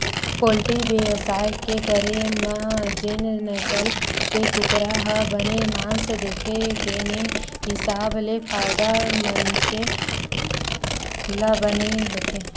poultry बेवसाय के करे म जेन नसल के कुकरा ह बने मांस देथे तेने हिसाब ले फायदा मनसे ल बने होथे